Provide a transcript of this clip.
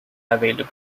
available